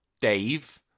Dave